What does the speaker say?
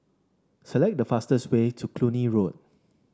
select the fastest way to Cluny Road